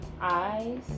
eyes